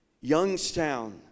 Youngstown